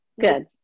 good